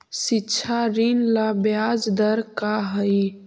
शिक्षा ऋण ला ब्याज दर का हई?